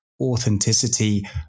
authenticity